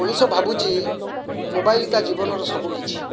ମଣିଷ ଭାବୁଛି ମୋବାଇଲ୍ ତା ଜୀବନର ସବୁକିଛି